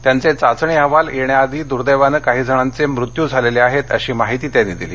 त्यांचे चाचणी अहवाल येण्याआधी दूर्देवाने काही जणांचे मृत्यू झालेले आहेत अशी माहिती त्यांनी दिली